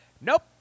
Nope